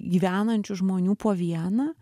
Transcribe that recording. gyvenančių žmonių po vieną